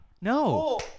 No